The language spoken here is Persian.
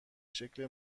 شکلی